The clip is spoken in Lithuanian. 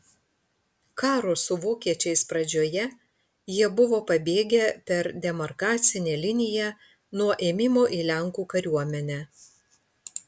karo su vokiečiais pradžioje jie buvo pabėgę per demarkacinę liniją nuo ėmimo į lenkų kariuomenę